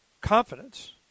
confidence